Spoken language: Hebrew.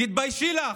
תתביישי לך.